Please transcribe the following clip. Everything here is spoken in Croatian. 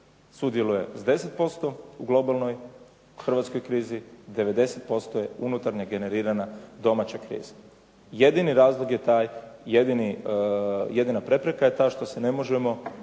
sudjeluje s 10% u globalnoj hrvatskoj krizi, 90% je unutarnje generirana domaća kriza. Jedini razlog je taj, jedina prepreka je ta što se ne možemo